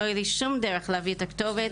ולא הייתה לי שום דרך להביא את הכתובת.